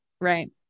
right